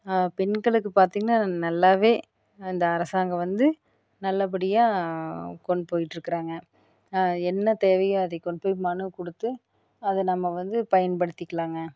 பெண்களுக்கு பார்த்திங்கன்னா நல்லா இந்த அரசாங்கம் வந்து நல்ல படியாக கொண்டு போயிட்ருக்குறாங்க என்ன தேவையோ அதை கொண்டு போய் மனு கொடுத்து அதை நம்ம வந்து பயன்படுத்திக்கிலாங்க